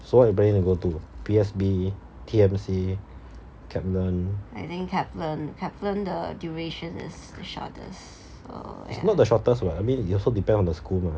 so what you planning to go to P_S_B T_M_C Kaplan it's not the shortest what I mean it also depend on the school mah